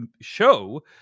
show